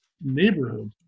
neighborhood